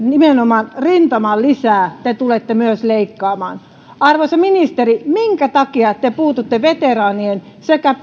nimenomaan rintamalisää te tulette myös leikkaamaan arvoisa ministeri minkä takia te leikkaatte veteraanien sekä